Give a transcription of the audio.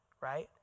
right